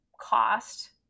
cost